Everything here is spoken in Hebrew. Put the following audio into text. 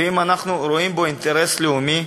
ואם אנחנו רואים בו אינטרס לאומי,